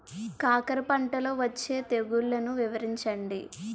కాకర పంటలో వచ్చే తెగుళ్లను వివరించండి?